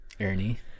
ernie